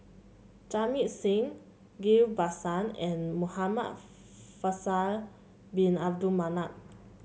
Jamit Singh Ghillie Basan and Muhamad Faisal Bin Abdul Manap